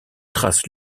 trace